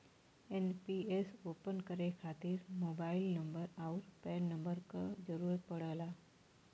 NPS open करे खातिर mobile number आउर पैन नंबर क जरुरत पड़ला